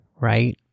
Right